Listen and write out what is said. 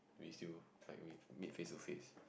we still like we meet face to face